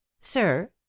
Sir